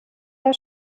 der